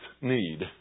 need